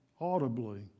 audibly